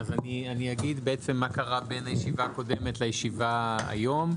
אגיד מה קרה בין הישיבה הקודמת לישיבה היום.